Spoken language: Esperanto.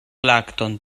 lakton